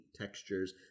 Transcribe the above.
textures